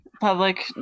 public